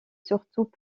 surtout